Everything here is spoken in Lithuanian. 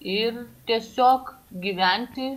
ir tiesiog gyventi